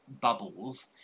bubbles